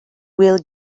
will